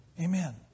amen